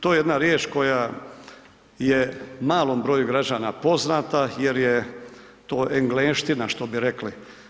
To je jedna riječ koja je malom broju građana poznata jer je to engleština što bi rekli.